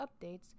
updates